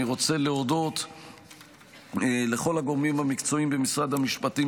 אני רוצה להודות לכל הגורמים המקצועיים במשרד המשפטים,